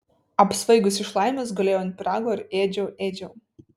apsvaigusi iš laimės gulėjau ant pyrago ir ėdžiau ėdžiau